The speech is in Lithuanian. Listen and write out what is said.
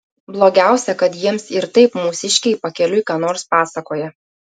blogiausia kad jiems ir taip mūsiškiai pakeliui ką nors pasakoja